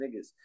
niggas